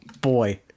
boy